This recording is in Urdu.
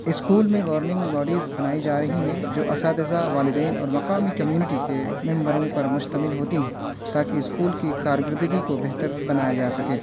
اسکول میں گورننگ باڈیز بنائی جا رہی ہیں جو اساتذہ والدین اور مقامی کمیونٹی کے ممبروں پر مشتمل ہوتی ہیں تاکہ اسکول کی کارکردگی کو بہتر بنایا جا سکے